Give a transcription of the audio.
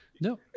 no